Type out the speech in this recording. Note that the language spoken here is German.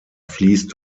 fließt